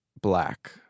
black